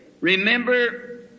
remember